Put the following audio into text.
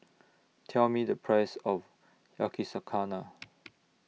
Tell Me The Price of Yakizakana